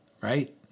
Right